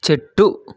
చెట్టు